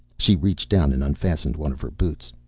she reached down and unfastened one of her boots.